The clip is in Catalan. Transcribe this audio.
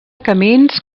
camins